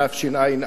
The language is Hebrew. התשע"א 2010,